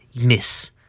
miss